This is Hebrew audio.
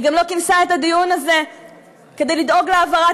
היא גם לא כינסה את הדיון הזה כדי לדאוג להעברת